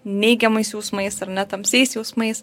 neigiamais jausmais ar ne tamsiais jausmais